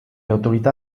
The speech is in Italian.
autorità